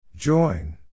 Join